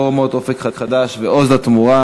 הצעה לסדר-היום בנושא התאמת הרפורמות "אופק חדש" ו"עוז לתמורה"